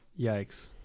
Yikes